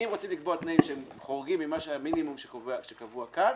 אם רוצים לקבוע תנאים שחורגים מהמינימום שקבוע כאן,